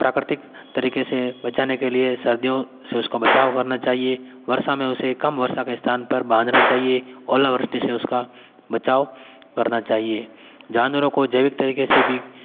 प्राकृतिक तरीके से बचाना के लिए सर्दियों से उसको बचाव करना चाहिए वर्षा में उसे कम वर्षा के स्थान पर बांधना चाहिए ओलावृष्टि से उसका बचाव करना चाहिए जानवरों को जैविक तरीके भी